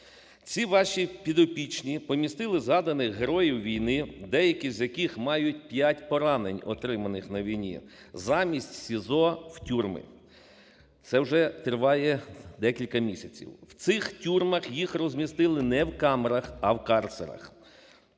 Ці ваші підопічні помістили згаданих героїв війни, деякі з яких мають 5 поранень, отриманих на війні, замість СІЗО в тюрми. Це вже триває декілька місяців. В цих тюрмах їх розмістили не в камерах, а в карцерах,